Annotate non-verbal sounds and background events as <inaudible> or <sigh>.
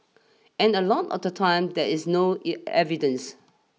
and a lot of the time there is no <hesitation> evidence